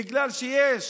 בגלל שיש